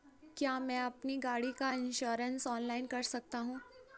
क्या मैं अपनी गाड़ी का इन्श्योरेंस ऑनलाइन कर सकता हूँ?